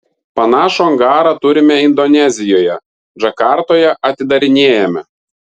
panašų angarą turime indonezijoje džakartoje atidarinėjame